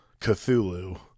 Cthulhu